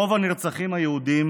רוב הנרצחים היהודים